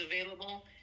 available